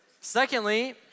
secondly